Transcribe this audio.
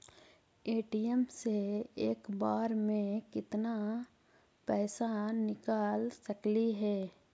ATM से एक बार मे केत्ना पैसा निकल सकली हे?